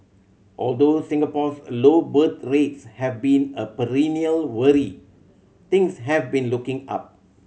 although Singapore's low birth rates have been a perennial worry things have been looking up